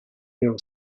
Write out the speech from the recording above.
girl